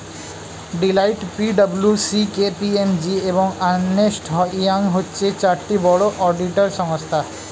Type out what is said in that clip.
Deloitte, P W C, K P M G, এবং Ernst Young হচ্ছে চারটি বড় অডিটর সংস্থা